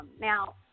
Now